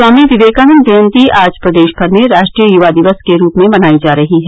स्वामी विवेकानन्द जयन्ती आज प्रदेश भर में राष्ट्रीय युवा दिवस के रूप में मनाई जा रही है